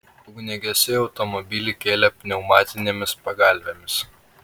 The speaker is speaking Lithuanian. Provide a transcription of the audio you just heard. ugniagesiai automobilį kėlė pneumatinėmis pagalvėmis